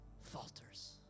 falters